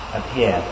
appear